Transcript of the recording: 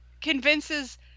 convinces